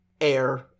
air